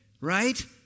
right